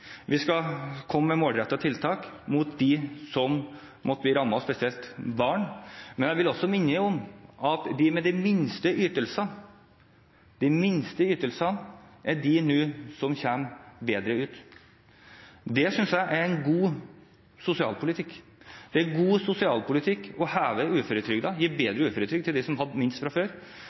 vi skal komme med målrettede tiltak for dem som måtte bli rammet, spesielt barn. Men jeg vil også minne om at de som har de minste ytelsene, er de som nå kommer bedre ut. Det synes jeg er en god sosialpolitikk. Det er god sosialpolitikk å heve uføretrygden, gi mer uføretrygd til dem som hadde minst fra før,